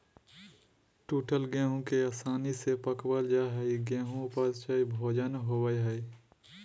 टूटल गेहूं के आसानी से पकवल जा हई गेहू सुपाच्य भोजन होवई हई